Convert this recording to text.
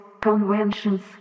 conventions